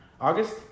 August